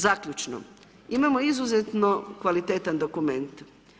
Zaključno, imamo izuzetno kvalitetan dokument.